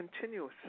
continuous